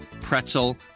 pretzel